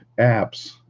apps